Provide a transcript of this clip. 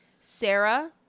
Sarah